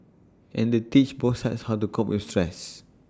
and they teach both sides how to cope with stress